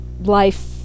life